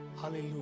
Hallelujah